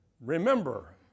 Remember